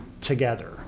together